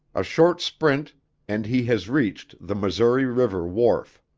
a short sprint and he has reached the missouri river wharf.